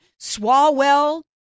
Swalwell